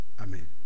Amen